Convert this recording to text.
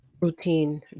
routine